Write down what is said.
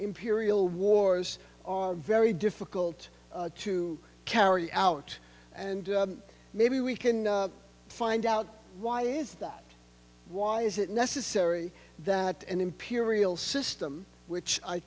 imperial wars are very difficult to carry out and maybe we can find out why is that why is it necessary that an imperial system which i